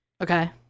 okay